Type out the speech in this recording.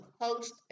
host